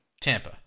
Tampa